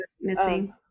missing